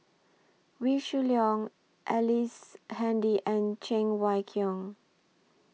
Wee Shoo Leong Ellice Handy and Cheng Wai Keung